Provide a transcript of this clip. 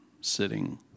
sitting